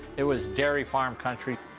it was dairy-farm country.